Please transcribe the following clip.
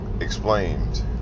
explained